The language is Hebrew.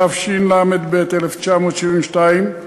התשל"ב 1972,